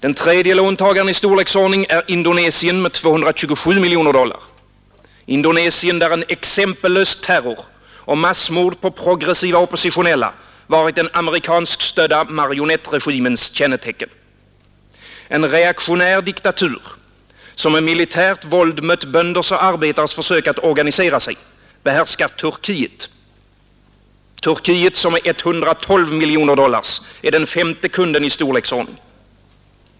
Den tredje låntagaren i storleksordning är Indonesien med 227 miljoner dollar, Indonesien där en exempellös terror och massmord på progressiva oppositionella varit den amerikanskstödda marionettregimens kännetecken. En reaktionär diktatur, som med militärt våld mött bönders och arbetares försök att organisera sig, behärskar Turkiet — Turkiet som med 112 miljoner dollar är den femte kunden i storleksordning.